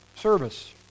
service